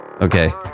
okay